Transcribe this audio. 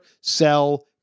sell